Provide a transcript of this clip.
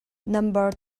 nambar